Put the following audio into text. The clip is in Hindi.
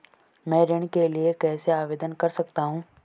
मैं ऋण के लिए कैसे आवेदन कर सकता हूं?